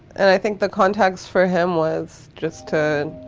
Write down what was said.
and i think the context for him was just to,